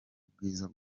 kubwiza